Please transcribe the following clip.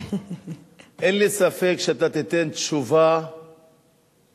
אין לי ספק שאתה תיתן תשובה יצירתית,